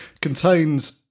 contains